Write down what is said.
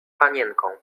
panienką